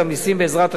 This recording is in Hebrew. בעזרת השם,